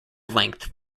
length